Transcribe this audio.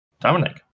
Dominic